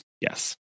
Yes